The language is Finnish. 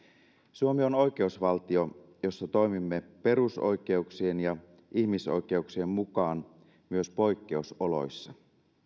suomi on oikeusvaltio jossa toimimme perusoikeuksien ja ihmisoikeuksien mukaan myös poikkeusoloissa